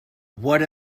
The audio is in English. what